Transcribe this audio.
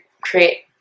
create